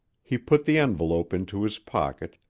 he put the envelope into his pocket,